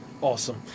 Awesome